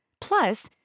Plus